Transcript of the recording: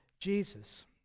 Jesus